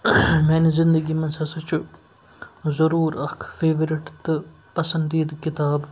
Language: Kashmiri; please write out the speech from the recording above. میٛانہِ زِندگی منٛز ہَسا چھُ ضروٗر اکھ فٮ۪ورِٹ تہٕ پَسندیٖدٕ کِتاب